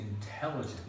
intelligent